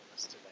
today